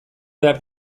behar